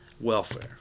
welfare